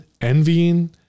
envying